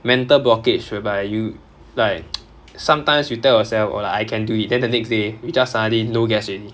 mental blockage whereby you like sometimes you tell yourself oh like I can do it then the next day you just suddenly no gas already